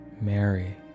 Mary